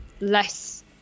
less